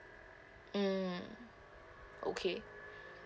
mm okay